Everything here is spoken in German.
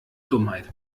dummheit